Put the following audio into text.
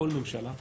כל ממשלה,